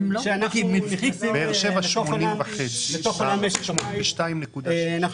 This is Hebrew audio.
באר-שבע, 80.5. אום אל פאחם הכי נמוך.